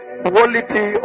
quality